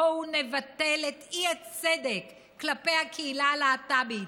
בואו נבטל את האי-צדק כלפי הקהילה הלהט"בית,